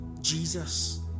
Jesus